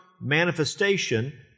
manifestation